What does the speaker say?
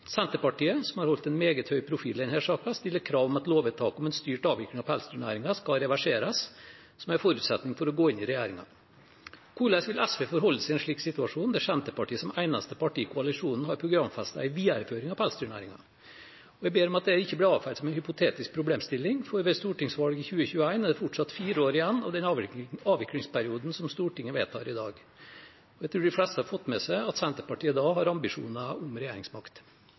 Senterpartiet, som har holdt en meget høy profil i denne saken, stiller krav om at lovvedtaket om en styrt avvikling av pelsdyrnæringen skal reverseres, som en forutsetning for å gå inn i regjeringen. Hvordan vil SV forholde seg i en slik situasjon, der Senterpartiet som eneste parti i koalisjonen har programfestet en videreføring av pelsdyrnæringen? Jeg ber om at det ikke blir avfeid som en hypotetisk problemstilling, for ved stortingsvalget i 2021 er det fortsatt fire år igjen av den avviklingsperioden som Stortinget vedtar i dag. Jeg tror de fleste har fått med seg at Senterpartiet da har ambisjoner om regjeringsmakt.